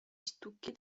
stucchi